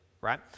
right